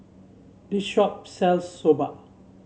this shop sells Soba